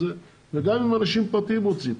וגם אם אנשים פרטיים רוצים.